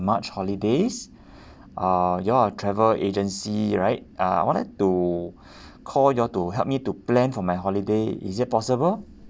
march holidays uh y'all are travel agency right uh wanted to call y'all to help me to plan for my holiday is it possible